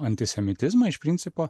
antisemitizmą iš principo